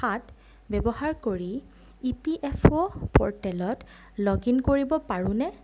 সাত ব্যৱহাৰ কৰি ই পি এফ অ' প'ৰ্টেলত লগ ইন কৰিব পাৰোঁনে